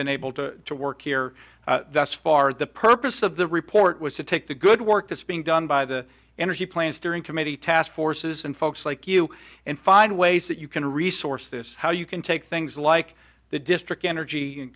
been able to work here thus far the purpose of the report was to take the good work that's being done by the energy plan steering committee task forces and folks like you and find ways that you can resource this how you can take things like the district energy